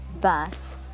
bus